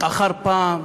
אחר פעם,